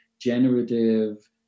generative